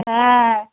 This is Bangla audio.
হ্যাঁ